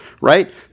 right